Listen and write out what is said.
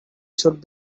should